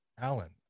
Allen